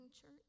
church